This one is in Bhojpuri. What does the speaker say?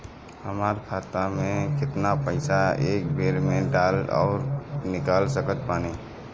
हमार खाता मे केतना पईसा एक बेर मे डाल आऊर निकाल सकत बानी?